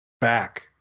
back